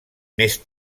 més